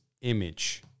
image